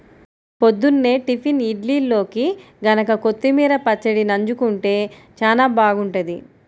పొద్దున్నే టిఫిన్ ఇడ్లీల్లోకి గనక కొత్తిమీర పచ్చడి నన్జుకుంటే చానా బాగుంటది